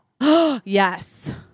yes